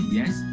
yes